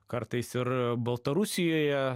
kartais ir baltarusijoje